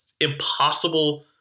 impossible